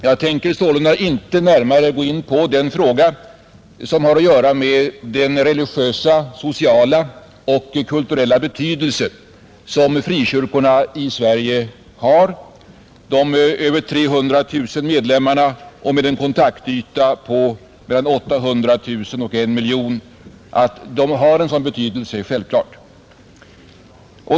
Jag tänker sålunda inte närmare gå in på den fråga som har att göra med den religiösa, sociala och kulturella betydelse som frikyrkorna i Sverige har. Att de med över 300 000 medlemmar och en kontaktyta på mellan 800 000 och 1 000 00 har en sådan betydelse är självklart.